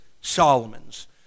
Solomon's